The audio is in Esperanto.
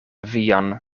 vian